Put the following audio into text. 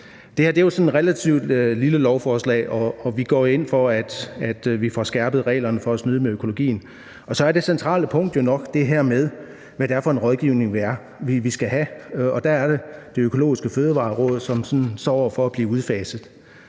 Det her er et sådan relativt lille lovforslag, og vi går jo ind for, at vi får skærpet reglerne i forhold til at snyde med økologien. Så er det centrale punkt jo nok det her med, hvad det er for en rådgivning, vi skal have, og der er det så, at Det Økologiske Fødevareråd står over for at blive udfaset.